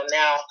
now